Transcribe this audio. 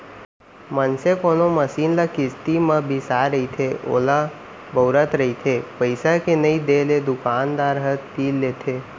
मनसे कोनो मसीन ल किस्ती म बिसाय रहिथे ओला बउरत रहिथे पइसा के नइ देले दुकानदार ह तीर लेथे